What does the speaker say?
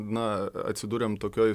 na atsidūrėm tokioj